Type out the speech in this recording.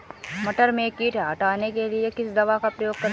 मटर में कीट हटाने के लिए किस दवा का प्रयोग करते हैं?